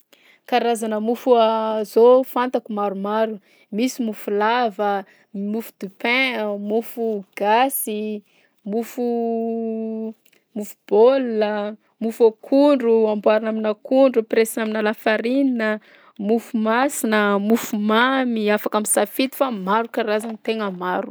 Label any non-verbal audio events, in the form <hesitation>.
Karazana mofo <hesitation> zao fantako maromaro: misy mofo lava, misy mofo du pain, mofo gasy, mofo <hesitation> mofo baolina, mofo akondro amboarina amin'akondro ampiraisina aminà lafarinina, mofo masina, mofo mamy, afaka misafidy fa maro karazany, tegna maro.